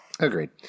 Agreed